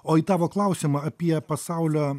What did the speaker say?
o į tavo klausimą apie pasaulio